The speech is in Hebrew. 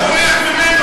אתה אמרת משפט ובורח ממנו.